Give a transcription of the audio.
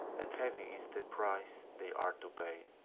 and heavy is the price they are to pay.